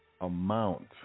amount